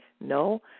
no